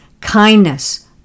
kindness